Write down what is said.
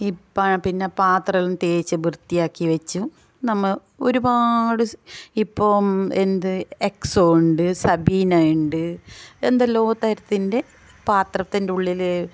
പിന്നെ ഇപ്പം പാത്രം തേച്ചു വൃത്തിയാക്കി വെച്ചു നമ്മൾ ഒരുപാട് ഇപ്പോൾ എന്ത് എക്സൊ ഉണ്ട് സബീന ഉണ്ട് എന്തെല്ലോ തരത്തിൻ്റെ പാത്രത്തിൻ്റെ ഉള്ളിൽ